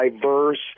diverse